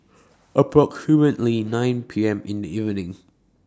approximately nine P M in The evening